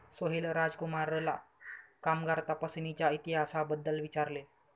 सोहेल राजकुमारला कामगार तपासणीच्या इतिहासाबद्दल विचारले